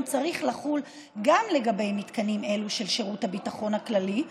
צריך לחול גם לגבי מתקנים אלו של שירות הביטחון הכללי,